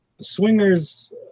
Swingers